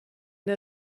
der